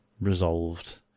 resolved